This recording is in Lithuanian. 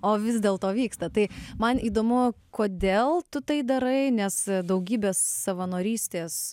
o vis dėlto vyksta tai man įdomu kodėl tu tai darai nes daugybės savanorystės